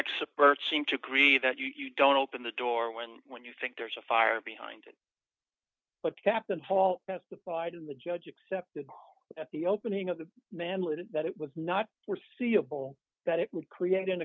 experts seem to agree that you don't open the door when when you think there's a fire behind but captain hall testified in the judge accepted at the opening of the mandolin that it was not foreseeable that it would create an